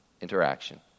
interaction